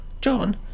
john